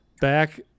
Back